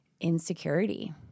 insecurity